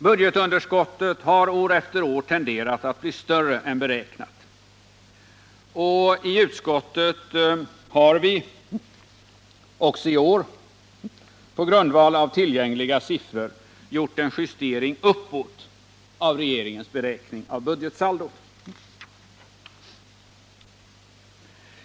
Budgetunderskottet har år efter år tenderat att bli större än beräknat, och i utskottet har vi också i år på grundval av tillgängliga siffror gjort en justering uppåt av regeringens beräkning av budgetsaldot.